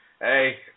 hey